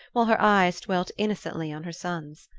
while her eyes dwelt innocently on her son's.